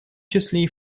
числе